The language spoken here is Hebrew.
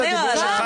גם.